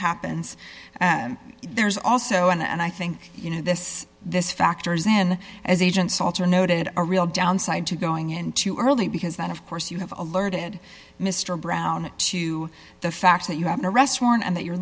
happens there's also and i think you know this this factors in as agents alter noted a real downside to going into early because that of course you have alerted mr brown to the fact that you have an arrest warrant and that you're